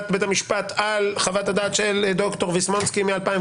בית המשפט על חוות הדעת של ד"ר ויסמונסקי מ-2018,